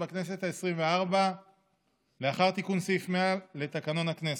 בכנסת העשרים-וארבע לאחר תיקון סעיף 100 לתקנון הכנסת.